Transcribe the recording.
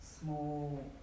small